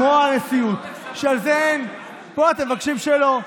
כמו הנשיאות, שזה אין, פה אתם מבקשים שלא.